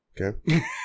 Okay